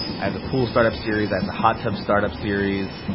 i have the pool startup series. i have the hot tub startup series.